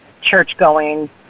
church-going